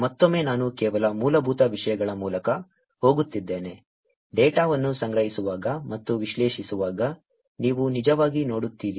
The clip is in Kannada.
ಮತ್ತೊಮ್ಮೆ ನಾನು ಕೆಲವು ಮೂಲಭೂತ ವಿಷಯಗಳ ಮೂಲಕ ಹೋಗುತ್ತಿದ್ದೇನೆ ಡೇಟಾವನ್ನು ಸಂಗ್ರಹಿಸುವಾಗ ಮತ್ತು ವಿಶ್ಲೇಷಿಸುವಾಗ ನೀವು ನಿಜವಾಗಿ ನೋಡುತ್ತೀರಿ